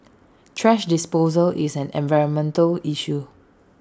thrash disposal is an environmental issue